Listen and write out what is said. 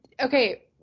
Okay